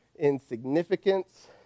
insignificance